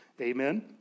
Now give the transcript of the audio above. Amen